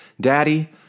Daddy